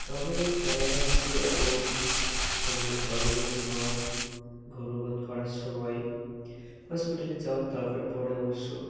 তবে দেখা যাচ্ছে এখন যেমন গর্ভবতী মা গর্ভপাত করার সময় হসপিটালে যাওয়ার দরকার পড়ে অবশ্য